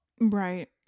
Right